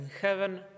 heaven